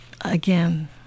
again